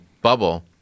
bubble